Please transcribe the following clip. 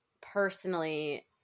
personally